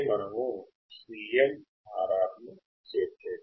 మనము CMRR లో అదే చేస్తాము